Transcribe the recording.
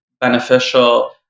beneficial